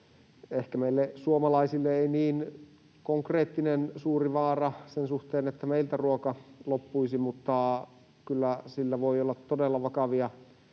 ehkä meille suomalaisille ei niin konkreettinen suuri vaara sen suhteen, että meiltä ruoka loppuisi, mutta kyllä sillä voi olla todella vakavia